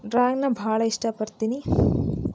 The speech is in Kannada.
ಡ್ರಾಯಿಂಗನ್ನು ಭಾಳ ಇಷ್ಟಪಡ್ತೀನಿ